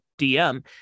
DM